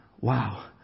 wow